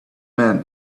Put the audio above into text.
man